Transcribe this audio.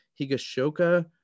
Higashoka